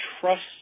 Trust